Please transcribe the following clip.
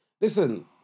Listen